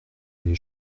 les